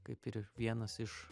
kaip ir vienas iš